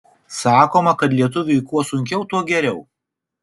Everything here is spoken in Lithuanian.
sakoma kad lietuviui kuo sunkiau tuo geriau